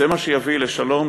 זה מה שיביא לשלום,